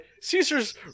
Caesar's